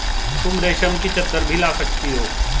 तुम रेशम की चद्दर भी ला सकती हो